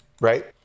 Right